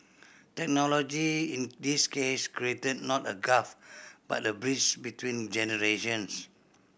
technology in this case created not a gulf but a bridge between generations